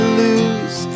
lose